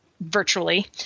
virtually